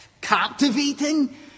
captivating